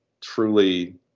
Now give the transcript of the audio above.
Truly